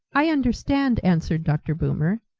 i understand, answered dr. boomer,